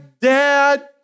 dad